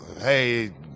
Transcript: hey